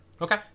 Okay